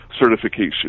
certification